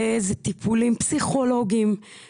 זה טיפולים פסיכולוגיים,